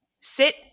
sit